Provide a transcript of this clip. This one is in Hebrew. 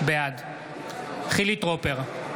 בעד חילי טרופר,